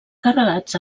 carregats